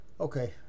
Okay